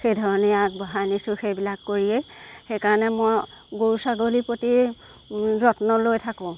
সেইধৰণেই আগবঢ়াই নিছো সেইবিলাক কৰিয়েই সেইকাৰণে মই গৰু ছাগলী প্ৰতি যত্ন লৈ থাকো